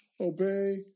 obey